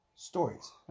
Stories